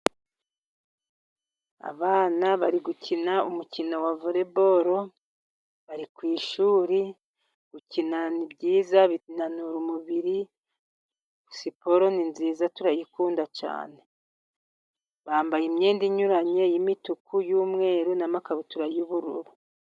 Abana bari gukina umukino wa voleboro bari ku ishuri, gukina ni byiza binanura umubiri, siporo ni nziza turayikunda cyane, bambaye imyenda inyuranye y'imituku, y'umweru n'amakabutura y'ubururu.